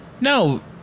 No